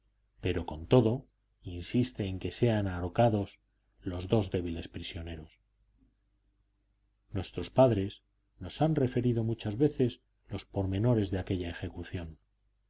pero con todo insiste en que sean ahorcados los dos débiles prisioneros nuestros padres nos han referido muchas veces los pormenores de aquella ejecución